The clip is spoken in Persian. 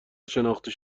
شناخته